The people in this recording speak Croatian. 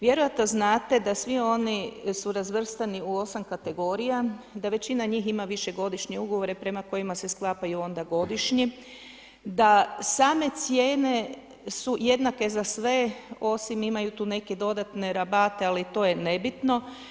Vjerojatno znate da svi oni su razvrstani u 8 kategorija, da većina njih ima višegodišnje ugovore prema kojima se sklapaju onda godišnji, da same cijene su jednake za sve osim imaju tu neke dodatne rabate ali to je nebitno.